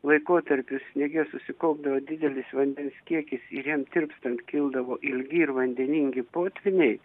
laikotarpiu sniege susikaupdavo didelis vandens kiekis ir jam tirpstant kildavo ilgi ir vandeningi potvyniai